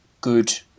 good